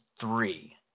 three